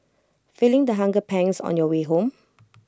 feeling the hunger pangs on your way home